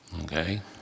Okay